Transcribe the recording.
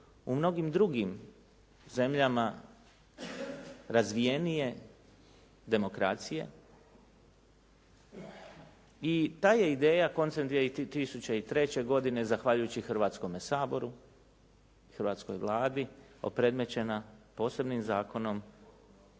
u mnogim drugim zemljama razvijenije demokracije i ta je ideja koncem 2003. godine zahvaljujući Hrvatskome saboru i hrvatskoj Vladi opredmećena posebnim zakonom